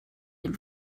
den